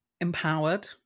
empowered